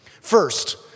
First